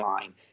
line